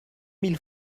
mille